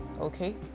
okay